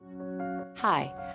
Hi